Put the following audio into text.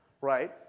right